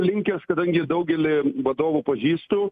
linkęs kadangi ir daugelį vadovų pažįstu